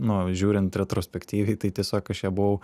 nu žiūrint retrospektyviai tai tiesiog aš ją buvau